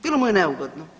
Bilo mu je neugodno.